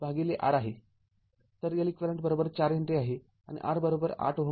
तर Leq ४ henry आहे आणि R८Ωआहे